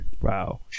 Wow